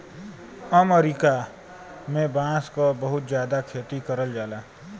अमरीका में बांस क बहुत जादा खेती करल जाला